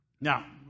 Now